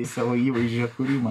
į savo įvaizdžio kūrimą